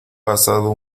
pasado